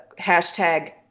hashtag